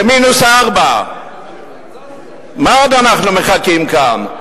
במינוס 4. למה עוד אנחנו מחכים כאן?